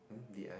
did I